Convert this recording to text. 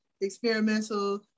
experimental